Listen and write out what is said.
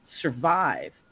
survive